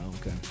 okay